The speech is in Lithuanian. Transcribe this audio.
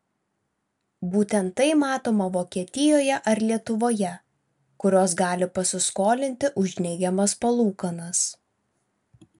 būtent tai matoma vokietijoje ar lietuvoje kurios gali pasiskolinti už neigiamas palūkanas